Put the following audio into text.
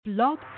Blog